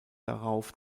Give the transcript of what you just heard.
darauf